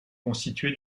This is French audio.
constituée